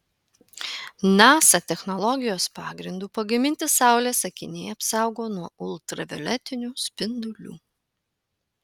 nasa technologijos pagrindu pagaminti saulės akiniai apsaugo nuo ultravioletinių spindulių